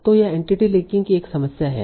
तो यह entity linking की एक समस्या है